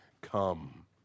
come